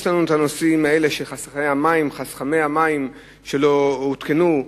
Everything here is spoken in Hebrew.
יש לנו את הנושאים האלה של חסכמי המים שלא הותקנו,